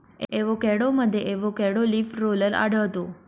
एवोकॅडोमध्ये avocado leaf roller आढळतो